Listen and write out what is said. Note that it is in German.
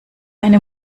eine